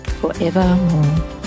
forevermore